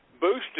boosted